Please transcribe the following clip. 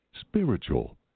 spiritual